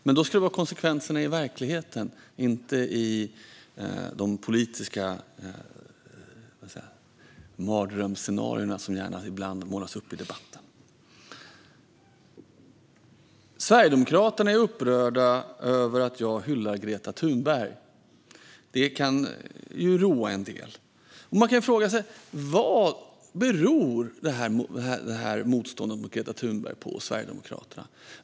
Men då ska det vara konsekvenserna i verkligheten och inte i de politiska mardrömsscenarier som ibland målas upp i debatten. Sverigedemokraterna är upprörda över att jag hyllar Greta Thunberg. Det kan ju roa en del. Men man kan fråga sig vad Sverigedemokraternas motstånd mot Greta Thunberg beror på.